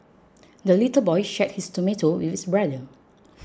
the little boy shared his tomato with his brother